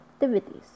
activities